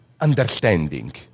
understanding